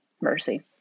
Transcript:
Mercy